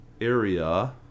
area